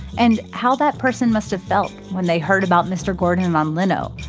and how that person must have felt when they heard about mr. gordon on leno,